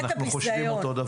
אנחנו חושבים אותו דבר.